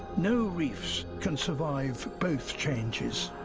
no reefs can survive both changes.